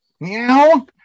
Meow